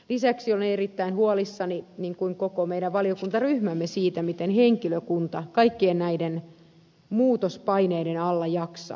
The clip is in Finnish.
lisäksi olen erittäin huolissani niin kuin koko meidän valiokuntaryhmämme siitä miten henkilökunta kaikkien näiden muutospaineiden alla jaksaa